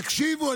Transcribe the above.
תקשיבו,